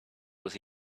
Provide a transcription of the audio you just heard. was